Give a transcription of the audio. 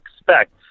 expect